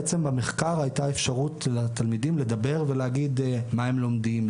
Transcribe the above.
במחקר הייתה אפשרות לתלמידים לדבר ולהגיד מה הם לומדים,